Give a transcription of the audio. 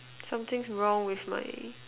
something's wrong with my